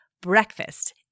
breakfast